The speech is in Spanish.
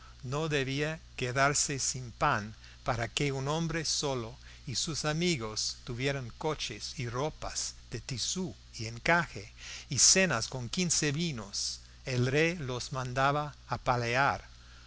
no debía quedarse sin pan para que un hombre solo y sus amigos tuvieran coches y ropas de tisú y encaje y cenas con quince vinos el rey los mandaba apalear